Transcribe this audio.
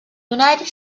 united